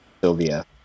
Sylvia